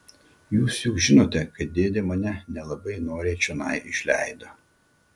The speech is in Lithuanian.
jūs juk žinote kad dėdė mane nelabai noriai čionai išleido